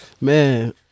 Man